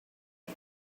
had